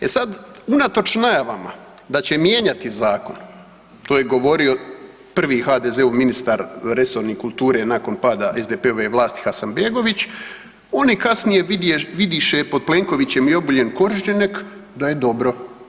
E sad, unatoč najavama da će mijenjati zakon to je govorio prvi HDZ-ov ministar resorni kulture nakon pada SDP-ove vlasti Hasanbegović on je kasnije vidiše pod Plenkovićem i Obuljen Koržinek da je dobro.